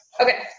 okay